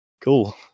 cool